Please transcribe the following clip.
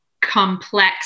complex